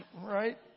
right